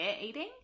eating